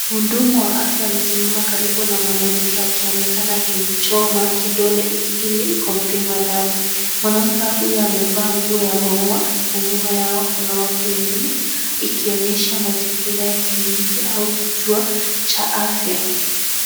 Mhudumu wa afya amesimama karibu na mwanamke akionekana akimchoma kidole ili kumpima damu. Mwanamke huyu amevaa nguo ya maua na nyuma yao kuna watu wengine, ikionyesha mazingira ya kliniki au kituo cha afya.